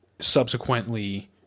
subsequently